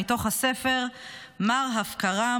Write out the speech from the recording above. מתוך הספר "מר הפקרה,